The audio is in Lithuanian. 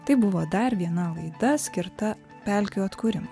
tai buvo dar viena laida skirta pelkių atkūrimui